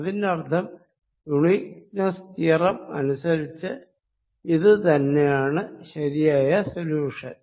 അതിനർത്ഥം uniqueness theorem അനുസ്സരിച്ച് ഇത് തന്നെയാണ് ശരിയായ സൊല്യൂഷൻ